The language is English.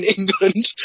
England